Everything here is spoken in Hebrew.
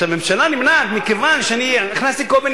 שהממשלה נמנעת מכיוון שאני הכנסתי כל מיני